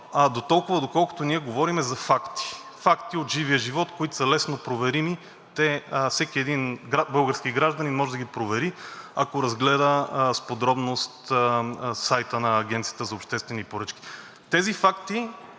дотолкова, доколкото ние говорим за факти – факти от живия живот, които са леснопроверими – всеки един български гражданин може да ги провери, ако разгледа с подробност сайта на Агенцията за обществени поръчки. Тези факти